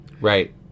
right